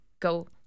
Go